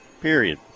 period